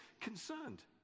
concerned